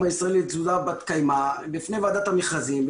הישראלי לתזונה בת קיימא בפני וועדת המכרזים,